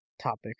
topic